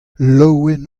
laouen